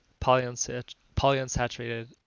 polyunsaturated